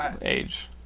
age